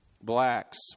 blacks